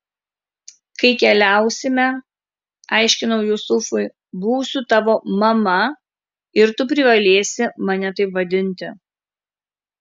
kai keliausime aiškinau jusufui būsiu tavo mama ir tu privalėsi mane taip vadinti